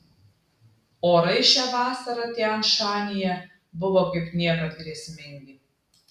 orai šią vasarą tian šanyje buvo kaip niekad grėsmingi